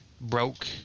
broke